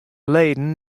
leden